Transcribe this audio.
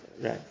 Right